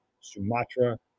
Sumatra